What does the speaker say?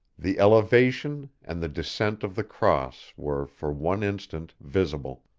the elevation and the descent of the cross were for one instant visible.